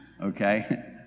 okay